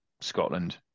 Scotland